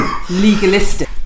legalistic